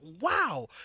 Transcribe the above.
wow